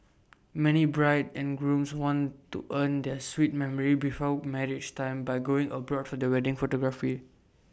many brides and grooms want to earn their sweet memory before marriage time by going abroad for the wedding photography